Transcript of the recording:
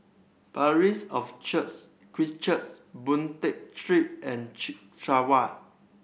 Parish of Christ Church Boon Tat Street and Chek